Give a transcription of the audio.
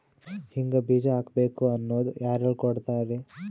ಹಿಂಗ್ ಬೀಜ ಹಾಕ್ಬೇಕು ಅನ್ನೋದು ಯಾರ್ ಹೇಳ್ಕೊಡ್ತಾರಿ?